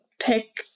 pick